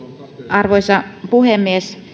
arvoisa puhemies